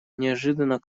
неожиданно